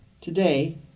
Today